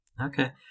Okay